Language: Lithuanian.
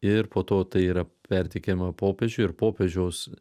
ir po to tai yra perteikiama popiežiui ir popiežiaus